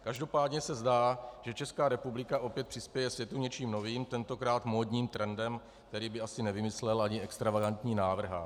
Každopádně se zdá, že Česká republika opět přispěje světu něčím novým, tentokrát módním trendem, který by asi nevymyslel ani extravagantní návrhář.